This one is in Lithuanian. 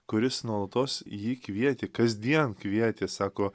kuris nuolatos jį kvietė kasdien kvietė sako